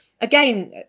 again